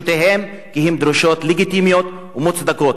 לדרישותיהם, כי הן דרישות לגיטימיות ומוצדקות.